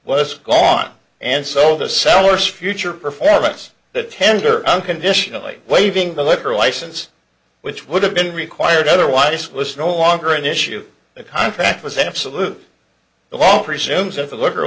was gone and so the sellers future performance the tender unconditionally waiving the liquor license which would have been required otherwise was no longer an issue the contract was absolutely the law presumes if a liquor